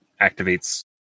activates